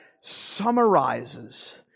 summarizes